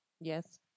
Yes